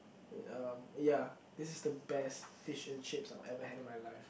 wait um ya this is the best fish and chips I've ever had in my life